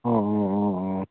অঁ অঁ অঁ অঁ